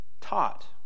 taught